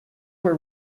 were